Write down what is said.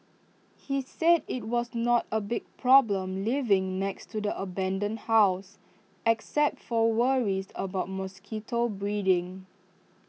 he said IT was not A big problem living next to the abandoned house except for worries about mosquito breeding